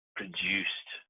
produced